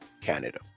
Canada